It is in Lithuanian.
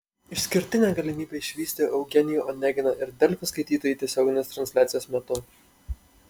išskirtinę galimybę išvysti eugenijų oneginą ir delfi skaitytojai tiesioginės transliacijos metu